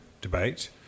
debate